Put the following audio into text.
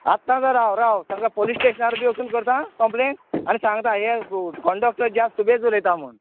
आत्तांच राव राव तांका पोलीस स्टेशनार वचून बी करता कॉप्लेन आनी सांगतां हे कंडक्टर जास्ट सुबेज उलयता म्हूण